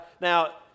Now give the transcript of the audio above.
Now